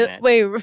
Wait